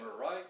right